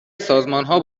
سازمانها